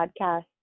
podcast